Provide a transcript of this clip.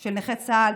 של נכי צה"ל,